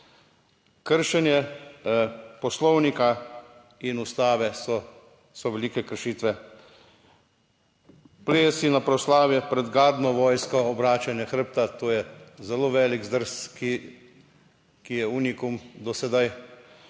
Kršenje Poslovnika in Ustave so velike kršitve. Ples na proslavi pred gardno vojsko, obračanje hrbta, to je zelo velik zdrs, ki je unikum do sedaj.